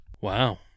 Wow